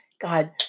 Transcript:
God